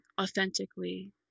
authentically